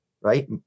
right